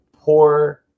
poor